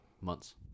months